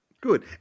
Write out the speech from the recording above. Good